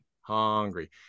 Hungry